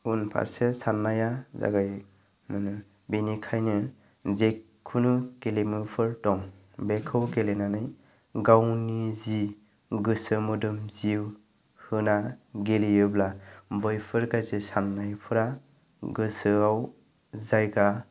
उनफारसे साननाया ओरै मोनो बिनिखायनो जिखुनु गेलेमुफोर दं बेखौ गेलेनानै गावनि जि गोसो मोदोम जिउ होना गेलेयोब्ला बैफोर गासै साननायफोरा गोसोआव जायगा